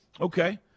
Okay